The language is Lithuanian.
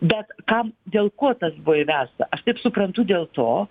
bet kam dėl ko tas buvo įvesta taip suprantu dėl to